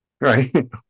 right